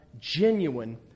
genuine